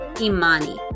Imani